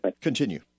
Continue